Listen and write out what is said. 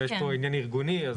ויש פה עניין ארגוני.